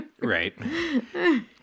Right